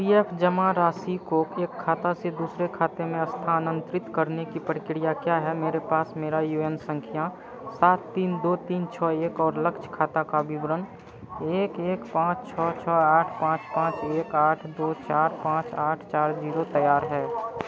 P F जमा राशि को एक खाता से दूसरे खाते में स्थानान्तरित करने की प्रक्रिया क्या है मेरे पास मेरा यू ए एन सँख्या सात तीन दो तीन छह एक और लक्ष्य खाता का विवरण एक एक पाँच छह छह आठ पाँच पाँच एक आठ दो चार पाँच आठ चार ज़ीरो तैयार है